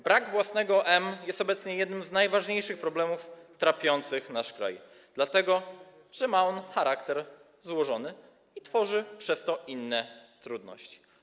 Brak własnego M jest obecnie jednym z najważniejszych problemów trapiących nasz kraj, dlatego że ma on charakter złożony i tworzy przez to inne trudności.